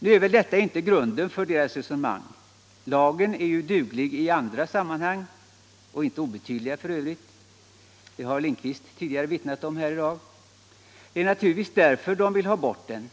Nu är väl inte detta grunden för deras resonemang. Lagen är duglig i andra sammanhang - för övrigt inte obetydliga, vilket herr Lindkvist har vittnat om här i dag och det är därför de vill ha bort den.